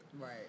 Right